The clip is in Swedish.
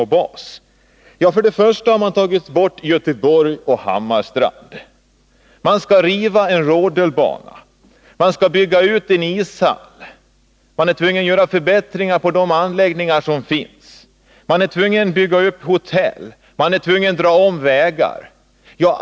I det nuvarande förslaget har man ju tagit bort Göteborg och Hammarstrand. Man skall riva en rodelbana efter spelen. Man skall bygga ut en ishall. Man är tvungen att göra förbättringar i de anläggningar som finns, att bygga upp hotell och att dra om vägar.